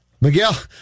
Miguel